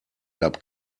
gab